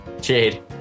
Jade